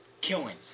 Killing